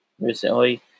recently